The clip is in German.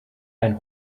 ein